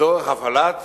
לצורך הפעלת